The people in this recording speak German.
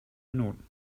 minuten